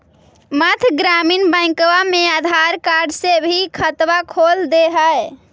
मध्य ग्रामीण बैंकवा मे आधार कार्ड से भी खतवा खोल दे है?